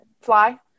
fly